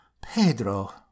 Pedro